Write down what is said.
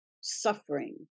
suffering